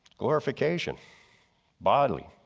glorification bodily,